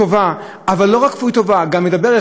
אבל לא רק כפוי טובה, גם מדבר אחד בפה ואחד בלב.